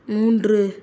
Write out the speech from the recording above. மூன்று